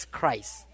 Christ